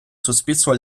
суспільство